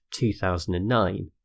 2009